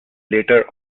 later